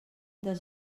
des